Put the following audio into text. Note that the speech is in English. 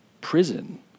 prison